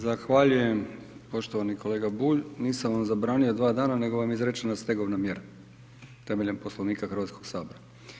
Zahvaljujem poštovani kolega Bulj, nisam vam zabranio dva dana, nego vam je izrečena stegovna mjera temeljem Poslovnika Hrvatskog sabora.